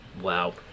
Wow